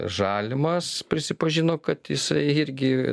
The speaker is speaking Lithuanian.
žalimas prisipažino kad jisai irgi